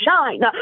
shine